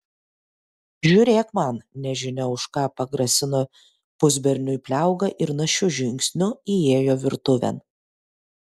žiūrėk man nežinia už ką pagrasino pusberniui pliauga ir našiu žingsniu įėjo virtuvėn